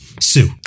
Sue